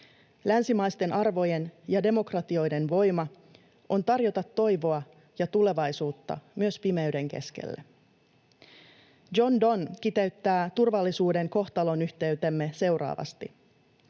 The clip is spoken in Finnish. Länsimaisten arvojen ja demokratioiden voima on tarjota toivoa ja tulevaisuutta pimeydenkin keskelle. John Donne kiteyttää turvallisuuden kohtalonyhteytemme seuraavasti: